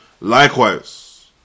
Likewise